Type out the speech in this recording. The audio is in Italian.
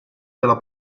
della